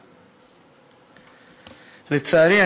לצערי,